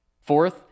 Fourth